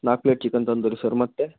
ನಾಲ್ಕು plate chicken tandoori sir ಮತ್ತೆ